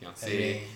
family